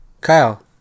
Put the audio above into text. Kyle